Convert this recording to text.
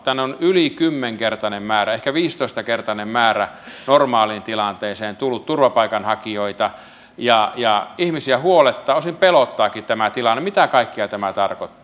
tänne on yli kymmenkertainen määrä ehkä viisitoistakertainen määrä normaaliin tilanteeseen verrattuna tullut turvapaikanhakijoita ja ihmisiä huolettaa osin pelottaakin mitä kaikkea tämä tilanne tarkoittaa